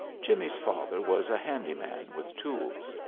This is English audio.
jimmie's father was a handy man with tools.